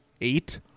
eight